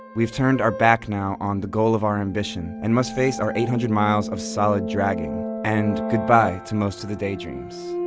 we have turned our back now on the goal of our ambition and must face our eight hundred miles of solid dragging and good-bye to most of the daydreams!